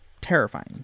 terrifying